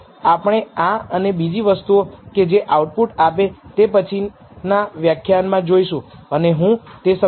આપણે આ અને બીજી વસ્તુઓ કે જે આઉટપુટ આપે તે પછીના વ્યાખ્યાનમાં જોઈશું અને હું તે સમજાવીશ